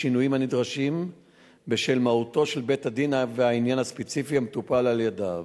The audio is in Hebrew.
בשינויים הנדרשים בשל מהותו של בית-הדין והעניין הספציפי המטופל על-ידו,